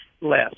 less